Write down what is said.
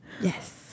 yes